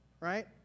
right